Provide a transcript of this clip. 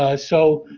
ah so,